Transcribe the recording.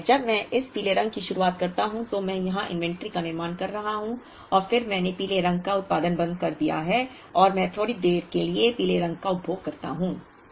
इसी तरह जब मैं इस पीले रंग की शुरुआत करता हूं तो मैं यहां इन्वेंट्री का निर्माण कर रहा हूं और फिर मैंने पीले रंग का उत्पादन बंद कर दिया है और मैं थोड़ी देर के लिए पीले रंग का उपभोग करता हूं